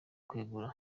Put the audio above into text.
kwegura